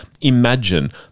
Imagine